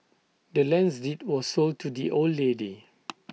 the land's deed was sold to the old lady